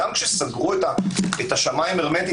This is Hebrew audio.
גם כאשר סגרו את השמיים הרמטית,